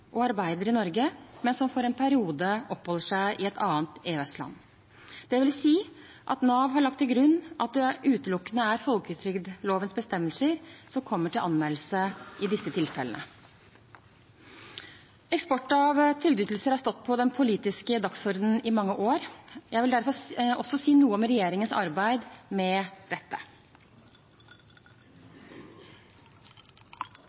og arbeider i Norge, men som for en periode oppholder seg i et annet EØS-land. Det vil si at Nav har lagt til grunn at det utelukkende er folketrygdlovens bestemmelser som kommer til anvendelse i disse tilfellene. Eksport av trygdeytelser har stått på den politiske dagsordenen i mange år. Jeg vil derfor også si noe om regjeringens arbeid med dette.